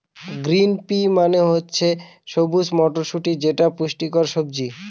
green pea মানে হচ্ছে সবুজ মটরশুটি যেটা পুষ্টিকর সবজি